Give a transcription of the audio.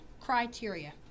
criteria